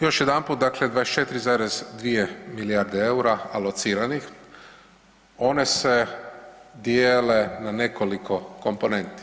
Još jedanput dakle 24,2 milijarde EUR-a alociranih, one se dijele na nekoliko komponenti.